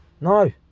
No